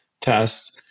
test